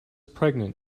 pregnant